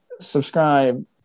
subscribe